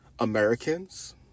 Americans